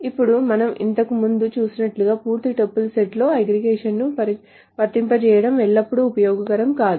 ఇప్పుడు మనం ఇంతకు ముందు చూసినట్లుగా పూర్తి టపుల్స్ సెట్లో అగ్రిగేషన్ను వర్తింపజేయడం ఎల్లప్పుడూ ఉపయోగకరం కాదు